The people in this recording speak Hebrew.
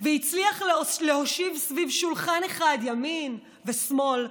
והצליח להושיב סביב שולחן אחד ימין ושמאל,